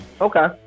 Okay